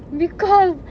because